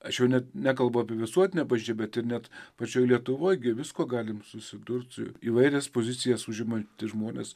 aš jau net nekalbu apie visuotinę bažnyčią bet ir net pačioj lietuvoj gi visko galim susidurt su įvairias pozicijas užimantys žmonės